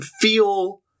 feel